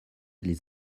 les